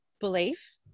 belief